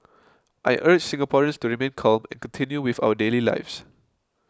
I urge Singaporeans to remain calm and continue with our daily lives